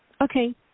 Okay